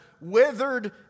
withered